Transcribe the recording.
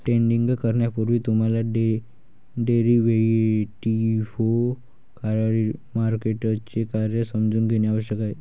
trading करण्यापूर्वी तुम्हाला derivative मार्केटचे कार्य समजून घेणे आवश्यक आहे